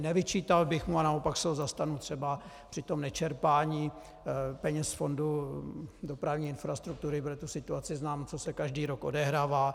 Nevyčítal bych mu, naopak se ho zastanu třeba při tom nečerpání peněz z Fondu dopravní infrastruktury, protože tu situaci znám, co se každý rok odehrává.